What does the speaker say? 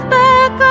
back